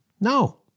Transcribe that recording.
No